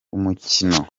umukino